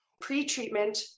pre-treatment